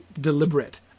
deliberate